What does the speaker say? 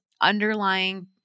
underlying